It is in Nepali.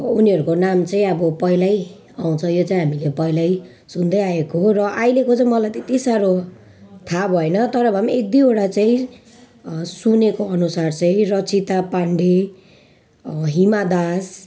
उनीहरूको नाम चाहिँ अब पहिलै आउँछ यो चाहिँ हामीले पहिलै सुन्दैआएको हो र अहिलेको चाहिँ मलाई त्यति साह्रो थाहा भएन तर भए पनि एकदुईवटा चाहिँ सुनेको अनुसार चाहिँ रचिता पान्डे हिमा दास